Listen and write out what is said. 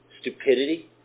Stupidity